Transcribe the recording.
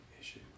issue